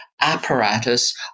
apparatus